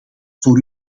voor